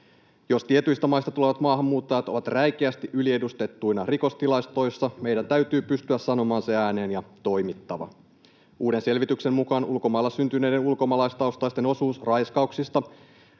Jos tietyistä maista tulevat maahanmuuttajat ovat räikeästi yliedustettuina rikostilastoissa, meidän täytyy pystyä sanomaan se ääneen, ja on toimittava. Uuden selvityksen mukaan ulkomailla syntyneiden ulkomaalaistaustaisten osuus raiskauksista